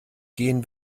gehen